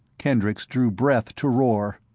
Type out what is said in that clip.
kendricks drew breath to roar.